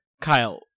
Kyle